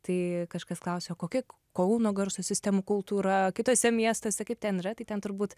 tai kažkas klausė o kokia kauno garso sistemų kultūra kituose miestuose kaip ten yra tai ten turbūt